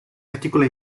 articola